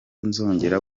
nzongera